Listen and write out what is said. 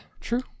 true